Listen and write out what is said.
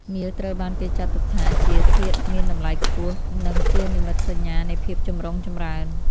មាសត្រូវបានគេចាត់ទុកថាជាធាតុមានតម្លៃខ្ពស់ និងជានិមិត្តសញ្ញានៃភាពចម្រុងចម្រើន។